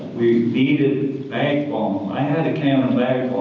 we needed backbone. i had a can of